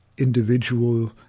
individual